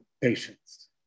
patients